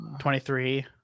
23